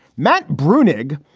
matt breunig,